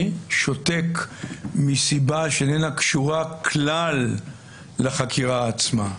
שותק מסיבה שאיננה קשורה כלל לחקירה עצמה.